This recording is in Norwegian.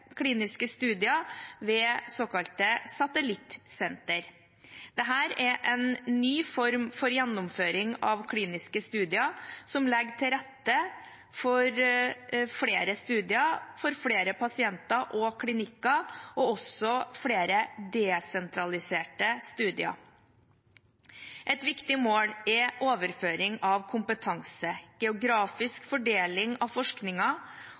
kliniske studier ved såkalte satellittsentre. Dette er en ny form for gjennomføring av kliniske studier som legger til rette for flere studier for flere pasienter og klinikker, også flere desentraliserte studier. Et viktig mål er overføring av kompetanse, geografisk fordeling av